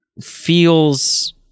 feels